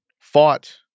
fought